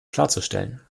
klarzustellen